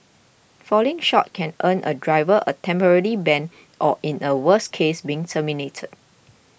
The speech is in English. falling short can earn a driver a temporary ban or in a worse case being terminated